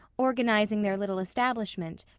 organizing their little establishment,